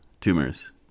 tumors